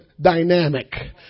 dynamic